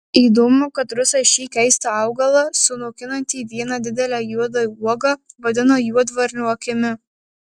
įdomu kad rusai šį keistą augalą sunokinantį vieną didelę juodą uogą vadina juodvarnio akimi